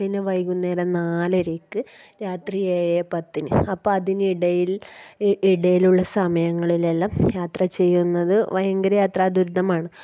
പിന്നെ വൈകുന്നേരം നാലരക്ക് രാത്രി ഏഴ് പത്തിന് അപ്പം അതിനിടയിൽ ഇടയിലുള്ള സമയങ്ങളിലെല്ലാം യാത്ര ചെയ്യുന്നത് ഭയങ്കര യാത്രാ ദുരിതമാണ്